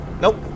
Nope